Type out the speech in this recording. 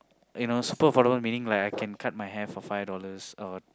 you know super affordable meaning like I can cut my hair for five dollars or